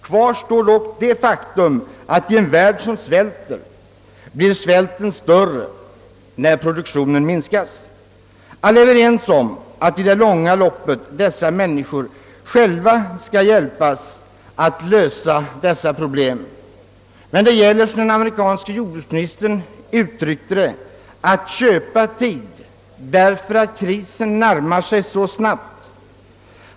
Kvar står dock det faktum att i en värld som svälter blir svälten större när produktionen minskas. Alla är vi överens om att i det långa loppet dessa människor skall hjälpas lösa dessa problem själva, men det gäller, som den amerikanske jordbruksministern = uttryckte det, att »köpa tid» därför att krisen närmar sig så snabbt.